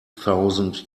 thousand